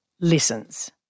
listens